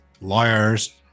lawyers